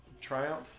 Triumph